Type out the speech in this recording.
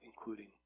including